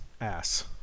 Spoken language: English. ass